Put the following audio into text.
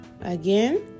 Again